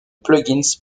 plugins